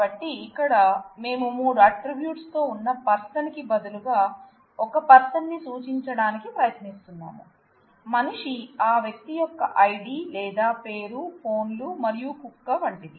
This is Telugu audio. కాబట్టి ఇక్కడ మేము మూడు అట్ట్రిబ్యూట్స్ తో ఉన్న పర్సన్ కి బదులుగా ఒక పర్సన్ ని సూచించడానికి ప్రయత్నిస్తున్నాము మనిషి ఆ వ్యక్తి యొక్క ఐడి లేదా పేరు ఫోన్లు మరియు కుక్క వంటిది